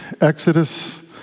Exodus